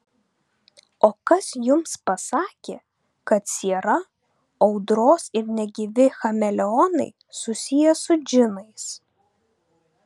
o kas jums pasakė kad siera audros ir negyvi chameleonai susiję su džinais